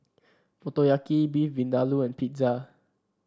Motoyaki Beef Vindaloo and Pizza